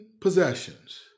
possessions